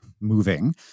moving